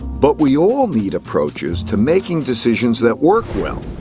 but we all need approaches to making decisions that work well,